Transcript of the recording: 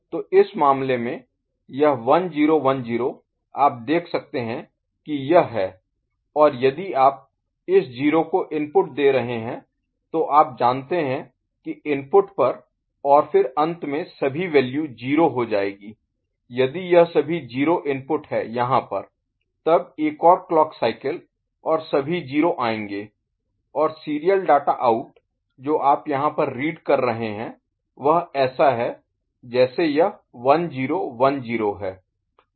तो इस मामले में यह 1 0 1 0 आप देख सकते हैं कि यह है और यदि आप इस 0 को इनपुट दे रहे हैं तो आप जानते हैं कि इनपुट पर और फिर अंत में सभी वैल्यू 0 हो जाएगी यदि यह सभी 0 इनपुट है यहाँ पर तब एक और क्लॉक साइकिल और सभी 0 आएंगे और सीरियल डाटा आउट जो आप यहाँ पर रीड कर रहे हैं वह ऐसा है जैसे यह 1010 है